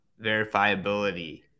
verifiability